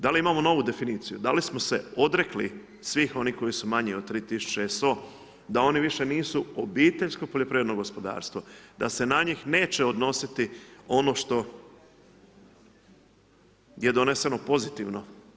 Da li imamo novu definiciju, da li smo se odrekli svih onih koji su manji od 32 tisuće SO da oni više nisu obiteljsko poljoprivredno gospodarstvo, da se na njih neće odnositi ono što je doneseno pozitivno.